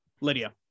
Lydia